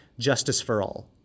JusticeForAll